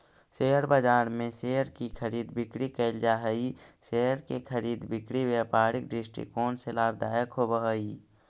share बाजार में share की खरीद बिक्री कैल जा हइ शेयर के खरीद बिक्री व्यापारिक दृष्टिकोण से लाभदायक होवऽ हइ